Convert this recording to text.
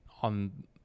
on